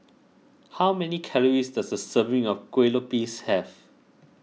how many calories does a serving of Kuih Lopes have